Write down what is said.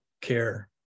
care